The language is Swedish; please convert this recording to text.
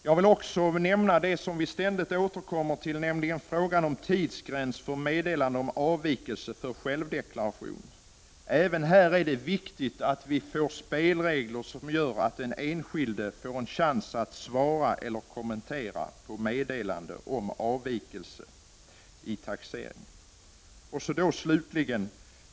Jag vill också ta upp en fråga som vi ständigt återkommer till, nämligen frågan om tidsgräns för meddelande om avvikelse från självdeklaration. Även här är det viktigt att vi får spelregler som gör att den enskilde får en chans att svara på meddelande om avvikelse från självdeklarationen.